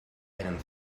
einen